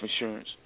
insurance